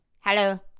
hello